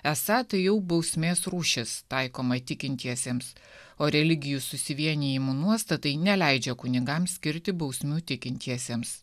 esą tai jau bausmės rūšis taikoma tikintiesiems o religijų susivienijimų nuostatai neleidžia kunigams skirti bausmių tikintiesiems